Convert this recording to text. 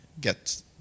get